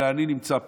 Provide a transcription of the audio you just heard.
אלא אני נמצא פה.